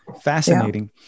Fascinating